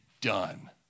done